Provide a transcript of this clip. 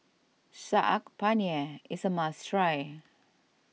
Saag Paneer is a must try